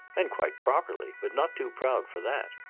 and quite properly. but not too proud for that.